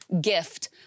gift